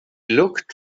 looked